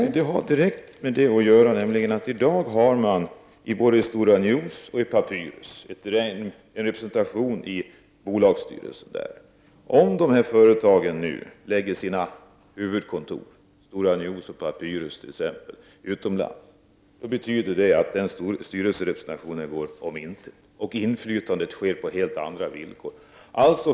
Fru talman! Det har direkt med denna fråga att göra. I dag har man i Stora News och i Papyrus en representation i bolagsstyrelserna. Om dessa företag nu lägger sina huvudkontor utomlands, betyder det att styrelserepresentationen går om intet för facket och inflytandet sker på helt andra villkor.